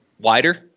wider